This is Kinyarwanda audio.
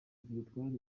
victoire